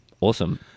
Awesome